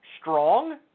strong